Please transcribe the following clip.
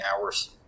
hours